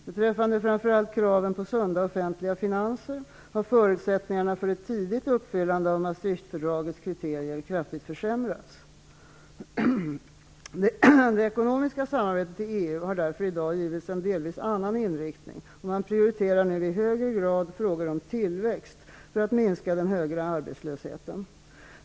Beträffande framför allt kraven på sunda offentliga finanser har förutsättningarna för ett tidigt uppfyllande av Maastrichtfördragets kriterier kraftigt försämrats. Det ekonomiska samarbetet i EU har därför i dag givits en delvis annan inriktning, och man prioriterar nu i högre grad frågor om tillväxt för att minska den höga arbetslösheten.